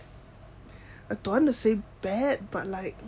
I don't want to say bad but like